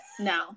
no